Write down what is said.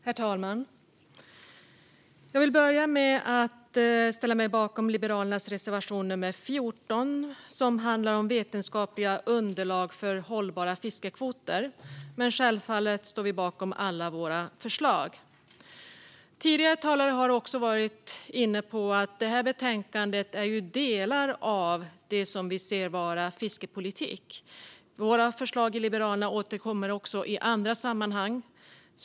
Herr talman! Jag vill börja med att yrka bifall till Liberalernas reservation nummer 14, som handlar om vetenskapliga underlag för hållbara fiskekvoter. Vi står självfallet bakom alla våra förslag i övrigt. Tidigare talare har varit inne på att detta betänkande är delar av det som vi ser som fiskepolitik. Liberalernas förslag återkommer också i andra sammanhang.